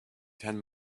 ten